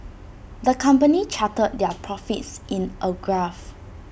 the company charted their profits in A graph